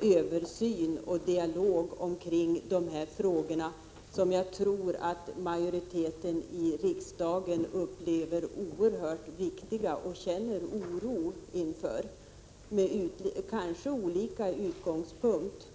översyn och dialog om de här frågorna som jag tror majoriteten av riksdagen upplever som oerhört viktiga och känner oro inför — kanske med skilda utgångspunkter.